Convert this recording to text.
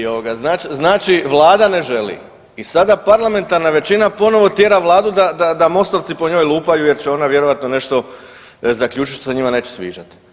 I ovoga znači vlada ne želi i sada parlamentarna većina ponovo tjera Vladu da MOST-ovci po njoj lupaju jer će ona vjerojatno nešto zaključiti što se njima neće sviđati.